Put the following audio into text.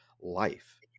life